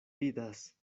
vidas